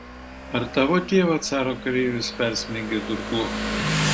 ar tavo tėvą caro kareivis persmeigė durklu